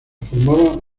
formaba